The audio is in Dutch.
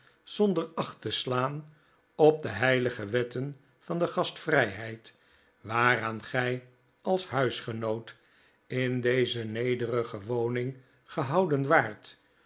zonder acht te slaan op de heilige wetten van de gastvrijheid waaraan gij als huisgenoot in deze nederige woning gehouden waart